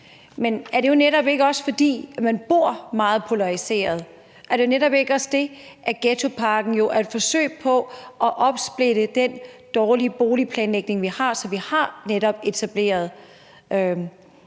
Men er det netop ikke også, fordi man bor meget polariseret, og er det ikke også sådan, at ghettopakken er et forsøg på at ændre den dårlige boligplanlægning, som vi har, og som netop har gjort,